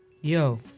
Yo